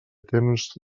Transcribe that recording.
temps